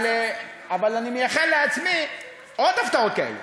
אבל אני מייחל לעצמי עוד הפתעות כאלה.